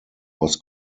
was